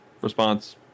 response